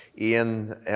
Ian